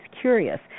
curious